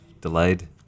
delayed